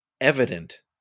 evident